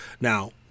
Now